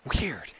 weird